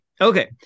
okay